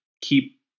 keep